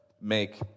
make